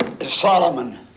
Solomon